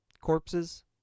corpses